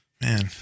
Man